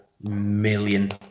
million